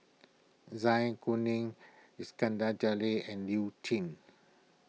Zai Kuning Iskandar Jalil and Liu